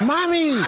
Mommy